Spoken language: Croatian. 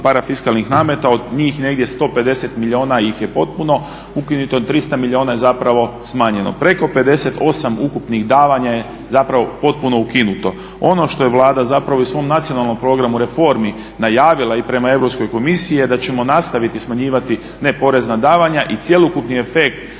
parafiskalnih nameta od njih negdje 150 milijuna ih je potpuno, ukinuto je 300 milijuna zapravo je smanjeno. Preko 58 ukupnih davanja je potpuno ukinuto. Ono što je Vlada i u svom nacionalnom programu reformi najavila i prema Europskoj komisiji je da ćemo nastaviti smanjivati neporezna davanja i cjelokupni efekt